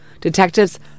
Detectives